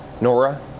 Nora